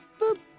boop,